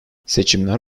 seçimler